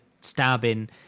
stabbing